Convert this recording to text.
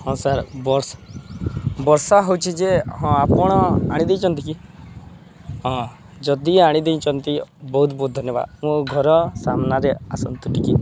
ହଁ ସାର୍ ବର୍ଷା ହେଉଛି ଯେ ହଁ ଆପଣ ଆଣିଦେଇଛନ୍ତି କି ହଁ ଯଦି ଆଣିଦେଇଛନ୍ତି ବହୁତ ବହୁତ ଧନ୍ୟବାଦ ମୋ ଘର ସାମ୍ନାରେ ଆସନ୍ତୁ ଟିକିଏ